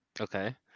Okay